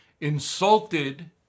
Insulted